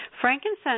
Frankincense